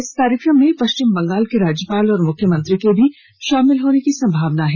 इस कार्यक्रम में पश्चिम बंगाल के राज्यपाल और मुख्यमंत्री के भी शामिल होने की संभावना है